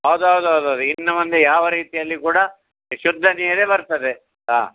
ಹೌದೌದೌದೌದು ಇನ್ನು ಮುಂದೆ ಯಾವ ರೀತಿಯಲ್ಲಿ ಕೂಡ ಶುದ್ಧ ನೀರೆ ಬರ್ತದೆ ಹಾಂ